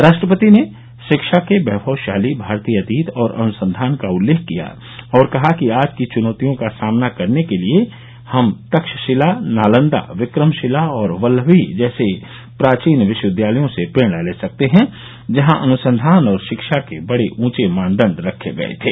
राष्ट्रपति ने शिक्षा के वैमवशाली भारतीय अतीत और अनुसंधान का उल्लेख किया और कहा कि आज की चुनौतियों का सामना करने के लिए हम तक्षशिला नालंदा विक्रमशिला और वल्लभी जैसे प्राचीन विश्वविद्यालयों से प्रेरणा ले सकते हैं जहां अनुसंधान और शिक्षा के बडे ऊंचे मानदंडरखे गए थे